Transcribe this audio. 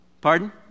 Pardon